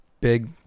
big